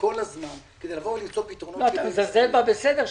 כל הזמן כדי למצוא פתרונות --- אתה מזלזל בבסדר שלי,